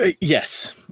Yes